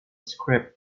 script